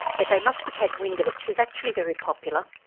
but they must have had wind of it. she was actually very popular.